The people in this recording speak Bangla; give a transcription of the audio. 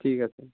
ঠিক আছে